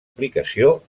aplicació